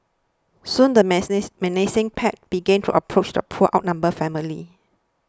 soon the menacing pack began to approach the poor outnumbered family